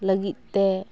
ᱞᱟᱹᱜᱤᱫ ᱛᱮ